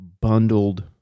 bundled